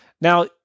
Now